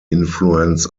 influence